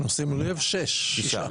שישה.